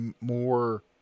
more